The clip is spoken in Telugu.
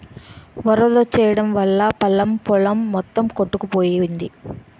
వరదొచ్చెయడం వల్లా పల్లం పొలం మొత్తం కొట్టుకుపోయింది